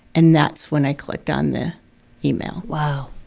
and that's when i clicked on the email wow.